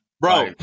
Bro